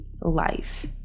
life